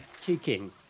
kicking